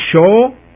show